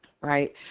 right